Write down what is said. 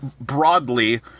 broadly